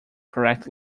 correct